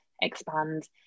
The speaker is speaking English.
expand